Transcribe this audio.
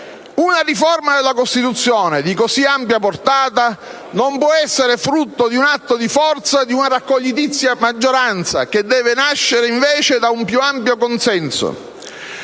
Una riforma della Costituzione di così ampia portata non può essere frutto di un atto di forza di una raccogliticcia maggioranza, ma deve nascere invece da un più ampio consenso.